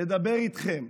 לדבר איתכם,